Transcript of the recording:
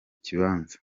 kibanza